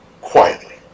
quietly